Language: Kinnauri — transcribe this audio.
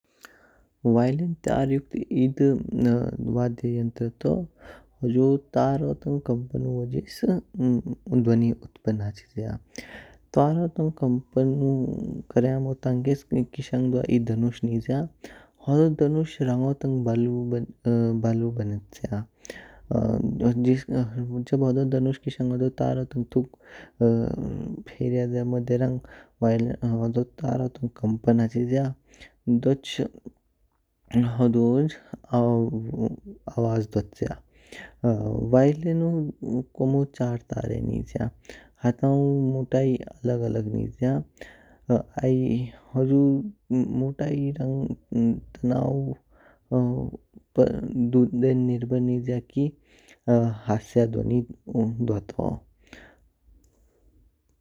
वायोलिन तार युक्त एध वाध्य यंत्र तू, जो तारों तंग कंपनु वजेश ध्वनि उतप्न हाचिज्य। तारियों तंग कंपन क्र्याओ तंगेश किशांग द्वा एध धनुष निज्य। होदो धनुष रंगो तंग बलू बलु बनेच्य। जिस जब होदो धनुष किशांग होदो तारों तंग तुग फहर्याज्य म्म देहरंग वायोल। तारियों तंग कंपन हाचिज्य दोअच होदो आवाज द्वाच्य। वायोलिनु कोमो चार तारों निज्य, हतायों मोट्टाई अलग अलग निज्य, आइ हुजु मोट्टाई रंग तनु देन निर्बर निज्य कि हस्त्य ध्वनि द्वातू।